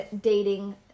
dating